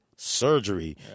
surgery